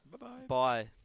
Bye-bye